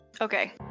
Okay